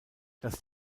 das